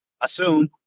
assume